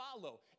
follow